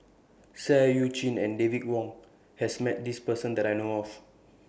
Seah EU Chin and David Wong has Met This Person that I know of